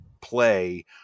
play